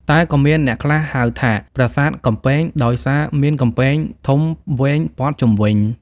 តែក៏មានអ្នកខ្លះហៅថា ប្រាសាទកំពែងដោយសារមាន កំពែងធំវែងព័ទ្ធជុំវិញ ។